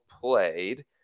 played